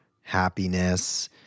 happiness